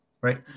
right